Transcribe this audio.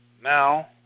Now